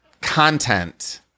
content